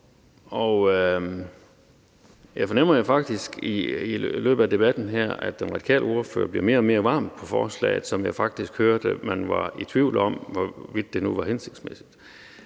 Jeg fornemmer faktisk, at i løbet af debatten her bliver den radikale ordfører mere og mere varm på forslaget. Jeg hørte det, som om man faktisk var i tvivl om, hvorvidt det nu var hensigtsmæssigt.